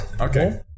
Okay